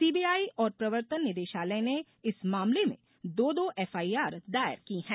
CBI और प्रवर्तन निदेशालय ने इस मामले में दो दो एफआईआर दायर की है